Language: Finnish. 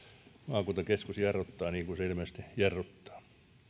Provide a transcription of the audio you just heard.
maakuntakeskus jarruttaa niin kuin se ilmeisesti jarruttaa